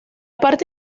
parte